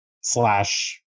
slash